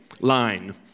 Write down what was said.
line